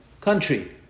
country